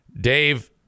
Dave